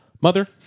Mother